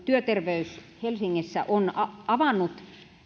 työterveys helsingissä on avannut